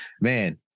man